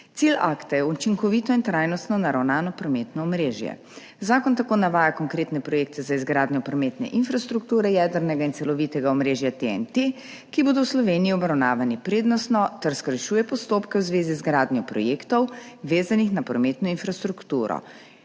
Cilj akta je učinkovito in trajnostno naravnano prometno omrežje. Zakon tako navaja konkretne projekte za izgradnjo prometne infrastrukture jedrnega in celovitega omrežja TEN-T, ki bodo v Sloveniji obravnavani prednostno, ter skrajšuje postopke v zvezi z gradnjo projektov, vezanih na prometno infrastrukturo